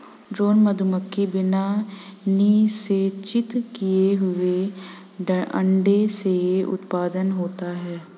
drone मधुमक्खी बिना निषेचित किए हुए अंडे से उत्पन्न होता है